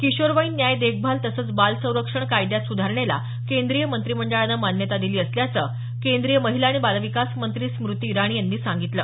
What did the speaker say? किशोरवयीन न्याय देखभाल तसंच बाल संरक्षण कायद्यात सुधारणेला केंद्रीय मंत्रिमंडळानं मान्यता दिली असल्याचं केंद्रीय महिला आणि बालविकास मंत्री स्मूती इराणी यांनी सांगितलं